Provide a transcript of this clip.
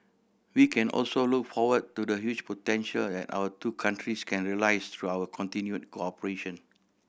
we can also look forward to the huge potential that our two countries can realise through our continued cooperation